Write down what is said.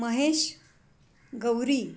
Mahesh Gauri